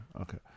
Okay